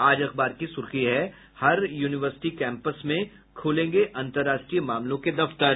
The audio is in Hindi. आज अखबार की सुर्खी है हर यूनिवर्सिटी कैंपस में खुलेंगे अंतर्राष्ट्रीय मामलों के दफ्तर